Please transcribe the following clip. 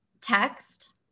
text